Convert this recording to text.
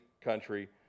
country